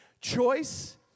Choice